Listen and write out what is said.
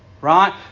right